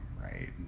right